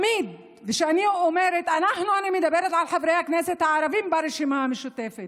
וכשאני אומרת "אנחנו" אני מדברת על חברי הכנסת הערבים ברשימה המשותפת,